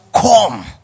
come